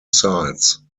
sides